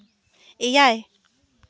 ᱮᱭᱟᱭ